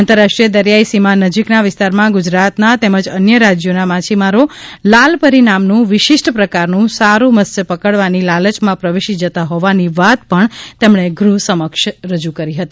આંતરરાષ્ટ્રીય દરિયાઈ સીમા નજીકના વિસ્તારમાં ગુજરાતનાતેમજ અન્ય રાજ્યોના માછીમારો લાલ પરી નામનું વિશિષ્ટ પ્રકારનું સાડું મત્સ્ય પકડવાની લાલયમાં પ્રવેશી જતા હોવાની વાત પણ તેમણે ગૃહ સમક્ષ રજૂ કરી હતી